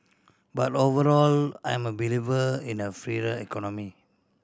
but overall I'm a believer in a freer economy